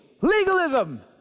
legalism